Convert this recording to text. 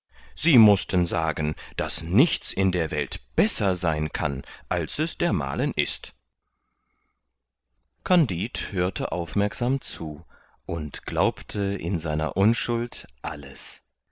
sie mußten sagen daß nichts in der welt besser sein kann als es dermalen ist kandid hörte aufmerksam zu und glaubte in seiner unschuld alles